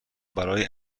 برای